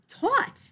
taught